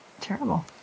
terrible